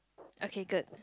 okay good